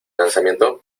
lanzamiento